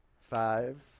Five